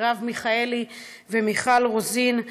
מרב מיכאלי ומיכל רוזין,